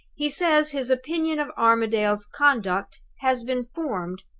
he says his opinion of armadale's conduct has been formed,